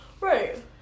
Right